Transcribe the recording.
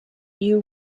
you